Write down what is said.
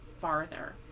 farther